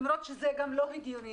למרות שזה גם לא הגיוני,